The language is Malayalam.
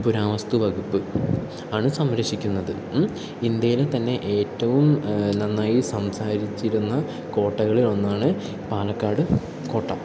പുരാവസ്തു വകുപ്പ് ആണ് സംരക്ഷിക്കുന്നത് ഇന്ത്യയിലെ തന്നെ ഏറ്റവും നന്നായി സംസാരിച്ചിരുന്ന കോട്ടകളിൽ ഒന്നാണ് പാലക്കാട് കോട്ട